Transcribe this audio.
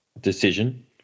decision